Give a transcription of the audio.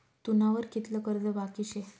तुना वर कितलं कर्ज बाकी शे